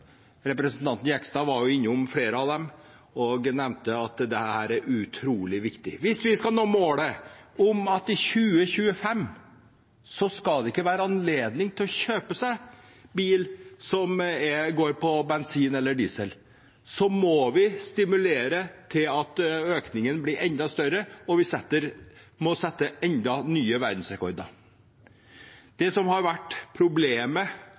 Representanten Jegstad var innom flere av dem og nevnte at dette er utrolig viktig. Hvis vi skal nå målet om at det i 2025 ikke skal være anledning til å kjøpe seg bil som går på bensin eller diesel, må vi stimulere til at økningen blir enda større, og vi må sette enda nye verdensrekorder. Det som har vært problemet